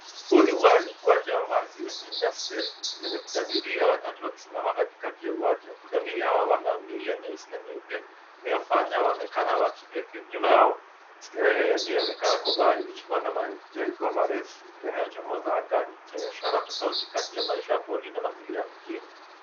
Huu ni uwanja wazi wenye nyasi ndefu, wenye punda milia watatu wakisimama katikati wa uwanja. Punda milia hawa wana milia nyeusi na nyeupe inayofanya waonekana wa kipekee. Nyuma yao skrini inayoonekana kwa mbali ikiwa na majengo marefu yanayochomoza angani chenye ishara tofauti kati ya maisha ya pori na mazingira ya mjini.